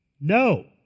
No